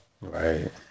right